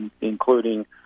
including